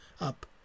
up